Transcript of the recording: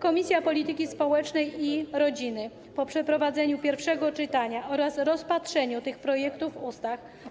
Komisja Polityki Społecznej i Rodziny po przeprowadzeniu pierwszego czytania oraz rozpatrzeniu tych projektów